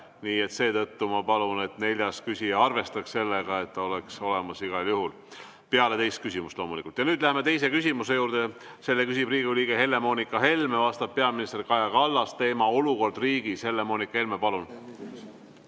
Nii et seetõttu ma palun, et neljas küsija arvestaks sellega, et ta oleks igal juhul olemas, peale teist küsimust loomulikult. Läheme teise küsimuse juurde. Selle küsib Riigikogu liige Helle-Moonika Helme, vastab peaminister Kaja Kallas ja teema on olukord riigis. Helle-Moonika Helme, palun!